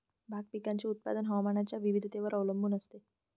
भाग पिकाचे उत्पादन हवामानाच्या विविधतेवर अवलंबून असते